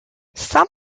some